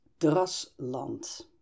drasland